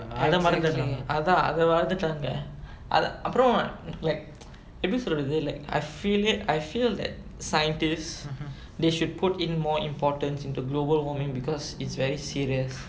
எத மறந்திர்றீங்க அதா அத மறந்துட்டாங்க அப்றம்:etha maranthirreenga athaa atha maranthuttaanga apram like எப்டி சொல்றது:epdi solrathu like I feel that scientist they should put in more importance in global warming because it's very serious